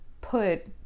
put